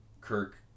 Kirk